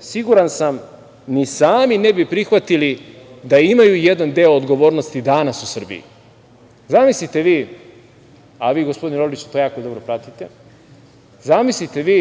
siguran sam, ni sami ne bi prihvatili da imaju jedan deo odgovornosti danas u Srbiji. Zamislite vi, a vi gospodine Orliću jako dobro to pratite, zamislite vi,